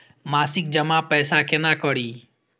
मासिक जमा पैसा केना करी?